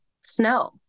snow